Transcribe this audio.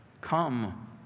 Come